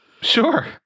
Sure